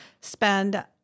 spend